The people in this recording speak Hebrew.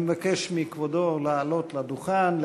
אני מבקש מכבודו לעלות לדוכן.